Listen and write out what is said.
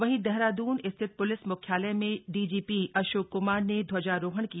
वहीं देहरादून स्थित प्लिस मुख्यालय में डीजीपी अशोक कुमार ने ध्वजारोहण किया